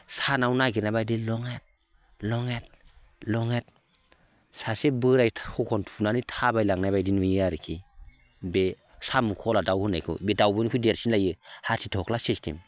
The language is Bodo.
सानाव नागिरनाय बायदि लङेट लङेट लङेट सासे बोराय थखन थुनानै थाबायलांनाय बायदि नुयो आरोखि बे साम'खला दाउ होननायखौ बे दाउब'निख्रुइ देरसिन जायो हादिदग्ला सिस्टेम